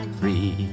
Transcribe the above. free